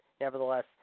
nevertheless